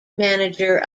manager